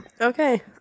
okay